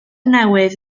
newydd